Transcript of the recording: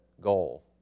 goal